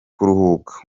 kuruhuka